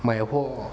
买货